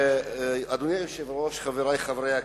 אדוני היושב-ראש, חברי חברי הכנסת,